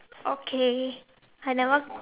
okay I never